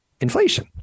inflation